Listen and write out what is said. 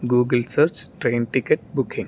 Google search train ticket booking